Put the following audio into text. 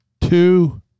Two